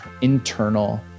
internal